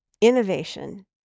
innovation